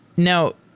now,